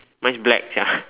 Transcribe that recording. mine's black ya